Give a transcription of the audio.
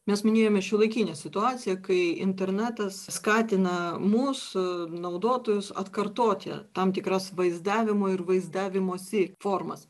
mes minėjome šiuolaikinę situaciją kai internetas skatina mūsų naudotojus atkartoti tam tikras vaizdavimo ir vaizdavimosi formas